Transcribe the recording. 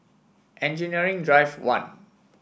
Engineering Drive One